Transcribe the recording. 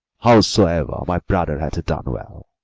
howsoe'er, my brother hath done well.